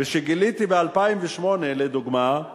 וכשגיליתי ב-2008, לדוגמה,